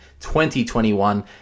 2021